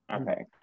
Okay